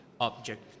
object